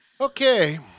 Okay